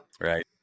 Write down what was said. Right